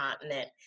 continent